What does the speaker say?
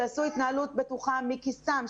שעשו התנהלות בטוחה מכיסם,